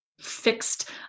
fixed